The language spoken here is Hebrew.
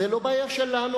זו לא בעיה שלנו,